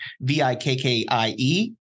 v-i-k-k-i-e